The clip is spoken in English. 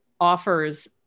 offers